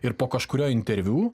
ir po kažkurio interviu